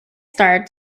starred